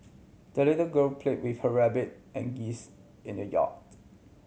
the little girl played with her rabbit and geese in the yard